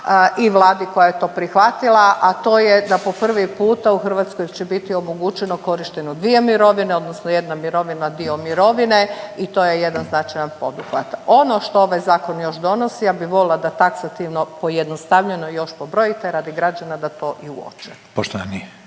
i Vladi koja je to prihvatila, a to je da po prvi puta u Hrvatskoj će biti omogućeno korištenje dvije mirovine odnosno jedna mirovina, dio mirovine i to je jedan značajan poduhvat. Ono što ovaj zakon još donosi, ja bih volila da taksativno pojednostavljeno još pobrojite radi građana da to i uoče.